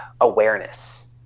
awareness